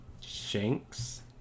Shanks